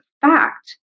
fact